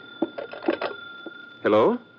Hello